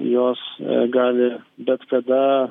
jos gali bet kada